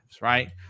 right